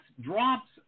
drops